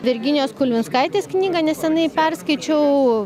virginijos kulvinskaitės knygą nesenai perskaičiau